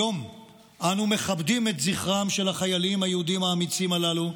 היום אנו מכבדים את זכרם של החיילים היהודים האמיצים הללו,